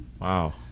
Wow